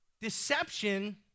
Deception